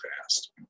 past